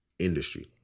industry